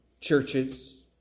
churches